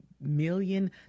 million